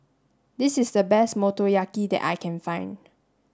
this is the best Motoyaki that I can find